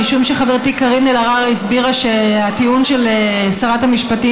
משום שחברתי קארין אלהרר הסבירה שהטיעון של שרת המשפטים